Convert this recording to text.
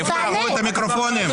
תפתחו את המיקרופונים.